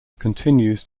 continues